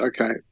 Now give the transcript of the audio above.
okay